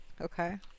okay